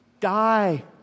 Die